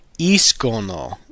I-S-C-O-N-O